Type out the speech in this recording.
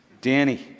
Danny